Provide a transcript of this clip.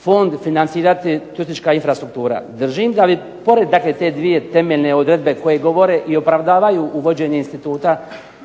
fond financirati turistička infrastrukture. Držim da i pored takve te dvije temeljne odredbe koje govore i opravdavaju uvođenje instituta